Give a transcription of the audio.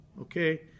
okay